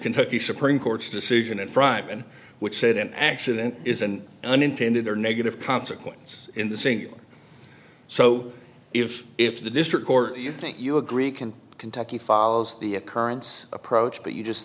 kentucky supreme court's decision in fryman which said an accident is an unintended or negative consequence in the same so if if the district court you think you agree can kentucky follows the occurrence approach but you just